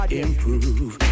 improve